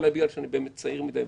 אולי בגלל שאני באמת צעיר מדי בכנסת.